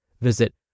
Visit